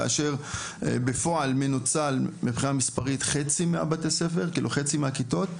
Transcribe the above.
כאשר בפועל מנוצל מבחינה מספרית חצי מבתי הספר כאילו חצי מהכיתות,